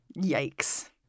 Yikes